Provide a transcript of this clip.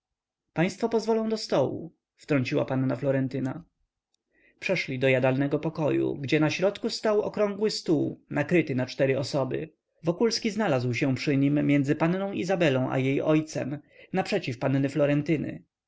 państwo pozwolą do stołu wtrąciła panna florentyna przeszli do jadalnego pokoju gdzie na środku stał okrągły stół nakryty na cztery osoby wokulski znalazł się przy nim między panną izabelą i jej ojcem naprzeciw panny florentyny